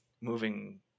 moving